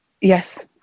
yes